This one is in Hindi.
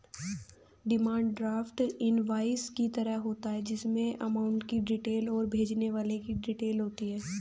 डिमांड ड्राफ्ट इनवॉइस की तरह होता है जिसमे अमाउंट की डिटेल और भेजने वाले की डिटेल होती है